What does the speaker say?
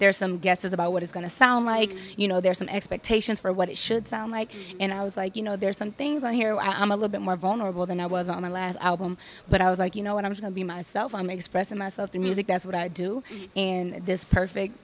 there are some guesses about what it's going to sound like you know there are some expectations for what it should sound like and i was like you know there's some things on here i'm a little bit more vulnerable than i was on my last album but i was like you know what i'm going to be myself i'm expressing myself to music that's what i do and this perfect